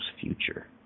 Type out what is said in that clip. future